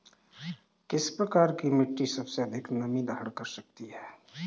किस प्रकार की मिट्टी सबसे अधिक नमी धारण कर सकती है?